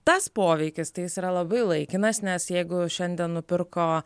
tas poveikis tai jis yra labai laikinas nes jeigu šiandien nupirko